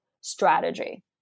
strategy